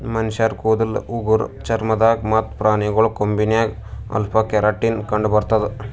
ಮನಶ್ಶರ್ ಕೂದಲ್ ಉಗುರ್ ಚರ್ಮ ದಾಗ್ ಮತ್ತ್ ಪ್ರಾಣಿಗಳ್ ಕೊಂಬಿನಾಗ್ ಅಲ್ಫಾ ಕೆರಾಟಿನ್ ಕಂಡಬರ್ತದ್